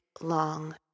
long